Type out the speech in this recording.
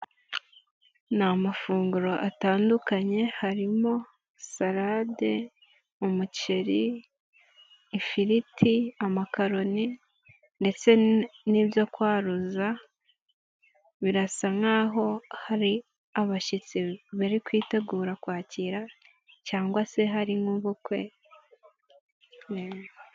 Ni amafunguro atandukanye, harimo salade, umuceri, ifiriti, amakaroni ndetse n'ibyo kwaroza, birasa nkaho hari abashyitsi bari kwitegura kwakira cyangwa se hari n'ubukwe.